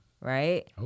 right